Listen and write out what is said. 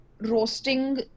Roasting